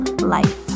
life